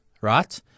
right